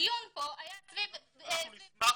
הדיון פה היה סביב --- אנחנו נשמח